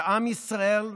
שעם ישראל,